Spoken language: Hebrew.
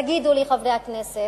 תגידו לי, חברי הכנסת,